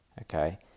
Okay